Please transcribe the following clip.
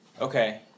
Okay